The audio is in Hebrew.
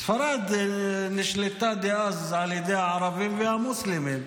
ספרד נשלטה אז על ידי הערבים והמוסלמים,